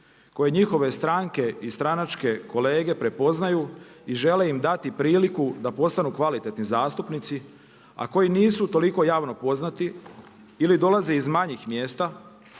koje njihove stranke i stranačke kolege prepoznaju i žele im dati priliku da postanu kvalitetni zastupnici, a koji nisu toliko javno poznati ili dolaze iz manjih mjesta